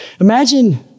Imagine